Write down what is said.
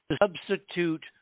substitute